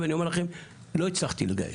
ואני אומר לכם לא הצלחתי לגייס.